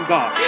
God